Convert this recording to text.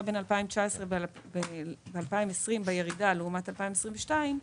בין 2019 לבין 2020 בירידה לעומת 2022,